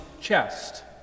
chest